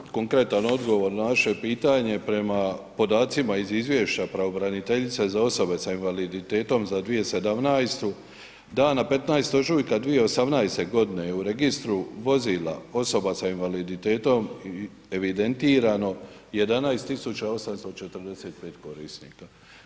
Dakle, konkretan odgovor na vaše pitanje prema podacima iz Izvješća pravobraniteljice za osobe sa invaliditetom za 2017. dana 15. ožujka 2018. godine je u registru vozila osoba sa invaliditetom evidentirano 11.845 korisnika.